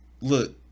look